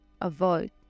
avoid